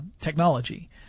technology